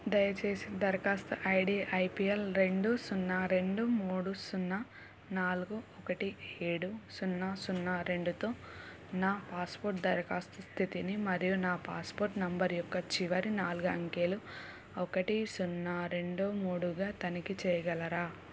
దయచేసి దరఖాస్తు ID IPL రెండు సున్నా రెండు మూడు సున్నా నాలుగు ఒకటి ఏడు సున్నా సున్నా రెండుతో నా పాస్పోర్ట్ దరఖాస్తు స్థితిని మరియు నా పాస్పోర్ట్ నంబర్ యొక్క చివరి నాలుగు అంకెలు ఒకటి సున్నా రెండు మూడుగా తనిఖీ చేయగలరా